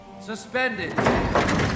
suspended